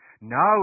Now